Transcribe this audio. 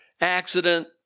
accident